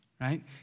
right